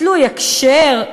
תלוי הקשר,